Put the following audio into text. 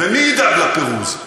ומי ידאג לפירוז?